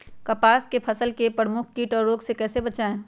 कपास की फसल को प्रमुख कीट और रोग से कैसे बचाएं?